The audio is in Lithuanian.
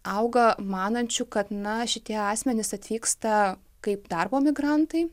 auga manančių kad na šitie asmenys atvyksta kaip darbo migrantai